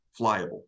flyable